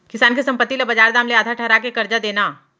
किसान के संपत्ति ल बजार दाम ले आधा ठहरा के करजा देना